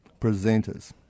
presenters